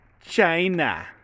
China